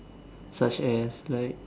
such as like